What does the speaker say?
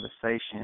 conversation